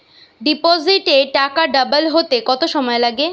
ডিপোজিটে টাকা ডবল হতে কত সময় লাগে?